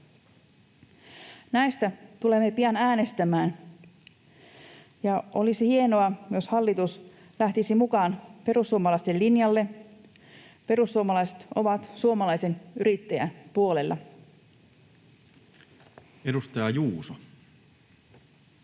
Näistä tulemme pian äänestämään, ja olisi hienoa, jos hallitus lähtisi mukaan perussuomalaisten linjalle. Perussuomalaiset ovat suomalaisen yrittäjän puolella. [Vilhelm Junnila: